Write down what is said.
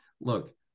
Look